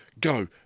go